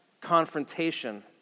confrontation